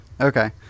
Okay